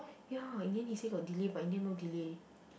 ya in the end he say got delay but in the end no delay